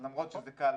למרות שזה קל,